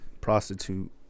Prostitute